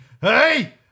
Hey